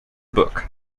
book